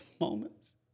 moments